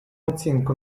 оцінку